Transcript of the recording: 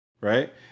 right